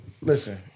Listen